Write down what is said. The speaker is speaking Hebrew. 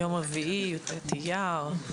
יום רביעי, י"ט באייר.